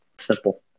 simple